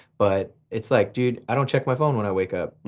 but it's like dude i don't check my phone when i wake up.